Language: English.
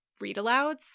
read-alouds